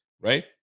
right